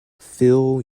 fill